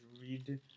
read